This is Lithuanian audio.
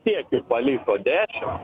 kiek jų paliko dešim